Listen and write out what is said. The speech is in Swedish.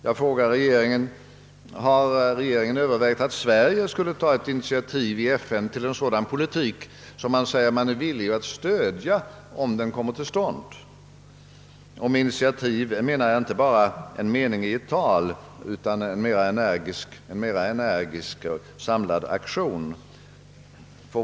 Jag vill då fråga: Har inte regeringen övervägt att Sverige i FN skulle ta ett initiativ till en sådan politik som man säger sig vara villig att stödja, om den kommer till stånd? Och med initiativ menar jag då inte bara en mening i ett tal utan en mera energisk, samlad aktion.